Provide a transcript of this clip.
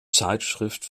zeitschrift